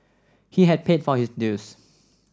he has paid for his dues